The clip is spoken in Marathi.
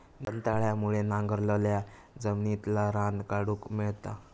दंताळ्यामुळे नांगरलाल्या जमिनितला रान काढूक मेळता